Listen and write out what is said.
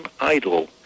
idol